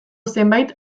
zenbait